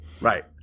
Right